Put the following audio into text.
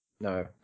No